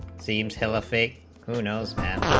seems hell off a hotels